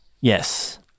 Yes